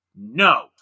No